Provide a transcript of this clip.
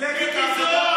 מיקי זוהר?